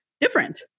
different